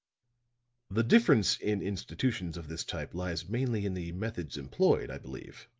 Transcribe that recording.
the difference in institutions of this type lies mainly in the methods employed, i believe,